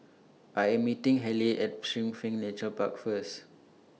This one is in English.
I Am meeting Haleigh At Springleaf Nature Park First